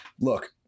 Look